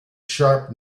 sharp